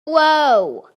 low